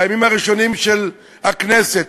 בימים הראשונים של הכנסת,